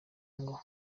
ngo